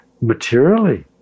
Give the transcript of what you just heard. materially